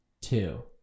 two